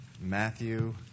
Matthew